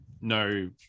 no